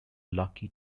lucky